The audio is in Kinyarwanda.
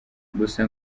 gusa